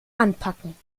anpacken